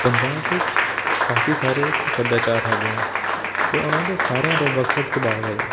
ਪੰਜਾਬ ਵਿੱਚ ਕਾਫ਼ੀ ਸਾਰੇ ਸੱਭਿਆਚਾਰ ਹੈਗੇ ਹਨ ਅਤੇ ਉਹਨਾਂ ਦੇ ਸਾਰਿਆਂ ਦਾ ਵੱਖ ਵੱਖ ਸੁਭਾਅ ਹੈਗਾ